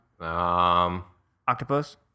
Octopus